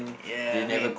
yeah I mean